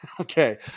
Okay